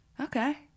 okay